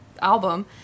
album